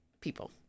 people